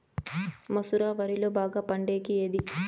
మసూర వరిలో బాగా పండేకి ఏది?